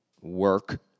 work